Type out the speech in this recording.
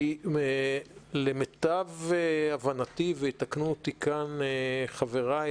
כי למיטב הבנתי ויתקנו אותי כאן חבריי,